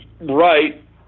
right